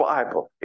Bible